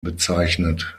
bezeichnet